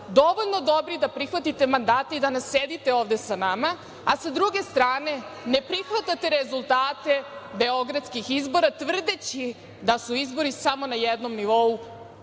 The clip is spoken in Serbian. dovoljno dobri da prihvatite mandate i da ne sedite ovde sa nama, a sa druge strane ne prihvatate rezultate beogradskih izbora tvrdeći da su izbori samo na jednom nivou